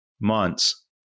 months